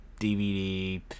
DVD